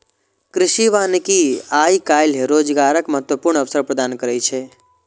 कृषि वानिकी आइ काल्हि रोजगारक महत्वपूर्ण अवसर प्रदान करै छै